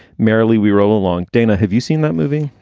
merrily we were all along, dana. have you seen that movie?